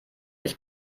ich